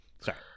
Sorry